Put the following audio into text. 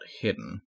hidden